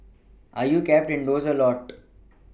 are you kept indoors a lot